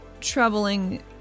troubling